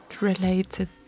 related